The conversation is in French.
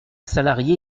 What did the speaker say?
salarié